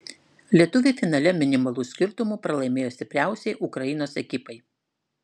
lietuviai finale minimaliu skirtumu pralaimėjo stipriausiai ukrainos ekipai